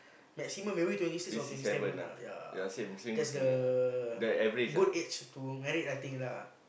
maximum maybe twenty six or twenty seven lah ya that's the good age to married I think lah